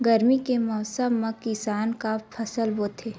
गरमी के मौसम मा किसान का फसल बोथे?